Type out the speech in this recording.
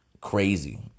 crazy